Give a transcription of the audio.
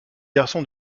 garçon